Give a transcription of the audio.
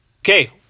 okay